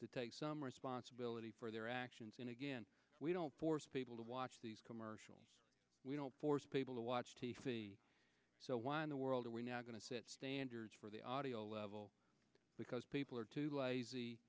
to take some responsibility for their actions and again we don't force people to watch these commercials we don't force people to watch so why in the world are we going to set standards for the audio level because people are